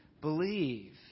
believe